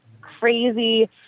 crazy